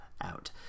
out